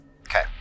Okay